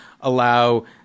allow